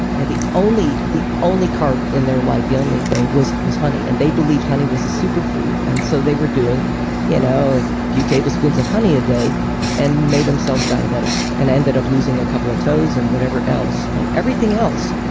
and the only, the only carb in their life, the only thing was was honey. and they believed honey was a super food, and so they were doing you know a few tablespoons of honey a day and made themselves diabetic. and ended up losing a couple of toes and whatever else and everything else,